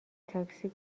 تاکسی